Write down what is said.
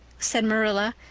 said marilla,